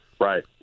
Right